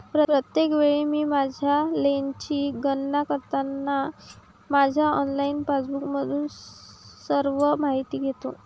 प्रत्येक वेळी मी माझ्या लेनची गणना करताना माझ्या ऑनलाइन पासबुकमधून सर्व माहिती घेतो